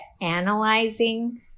analyzing